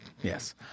Yes